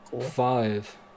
five